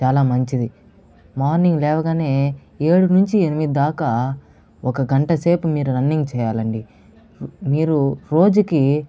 చాలా మంచిది మార్నింగ్ లేవగానే ఏడు నుంచి ఎనిమిది దాకా ఒక గంట సేపు మీరు రన్నింగ్ చేయాలండి మీరు రోజుకి